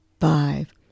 Five